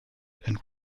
and